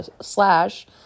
slash